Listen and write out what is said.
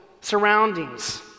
surroundings